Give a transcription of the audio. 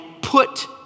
put